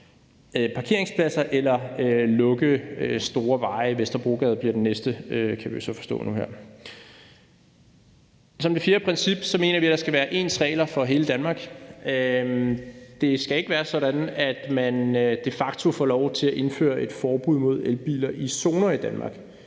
parkeringspladser eller lukke store veje; Vesterbrogade bliver den næste, så vidt jeg kan forstå. Som det fjerde princip mener vi også, at der skal være ens regler for hele Danmark. Det skal ikke være sådan, at man de facto får lov til at indføre et forbud mod elbiler i zoner i Danmark.